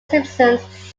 simpsons